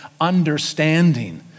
understanding